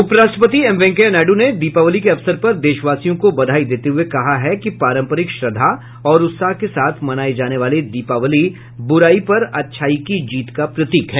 उपराष्ट्रपति एम वेंकैया नायडू ने दीपावली के अवसर पर देशवासियों को बधाई देते हुए कहा है कि पारंपरिक श्रद्धा और उत्साह के साथ मनाई जाने वाली दीपावली ब्रुराई पर अच्छाई की जीत का प्रतीक है